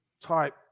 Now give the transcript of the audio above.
type